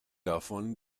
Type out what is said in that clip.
davon